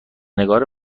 نگار